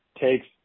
takes